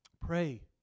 pray